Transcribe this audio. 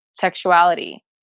sexuality